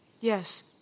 Yes